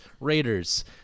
Raiders